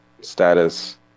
status